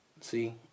See